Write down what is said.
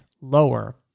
lower